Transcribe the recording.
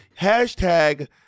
hashtag